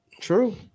True